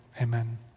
amen